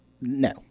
no